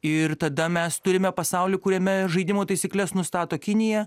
ir tada mes turime pasaulį kuriame žaidimo taisykles nustato kinija